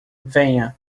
venha